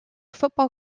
football